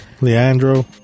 Leandro